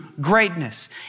greatness